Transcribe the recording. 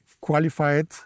qualified